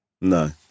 No